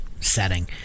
setting